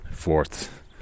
fourth